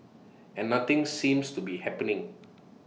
and nothing seems to be happening